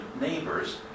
neighbors